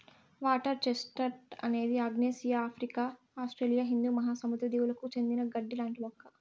water chestnut అనేది ఆగ్నేయాసియా, Africa, Australia హిందూ మహాసముద్ర దీవులకు చెందిన గడ్డి లాంటి మొక్క